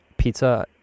pizza